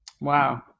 Wow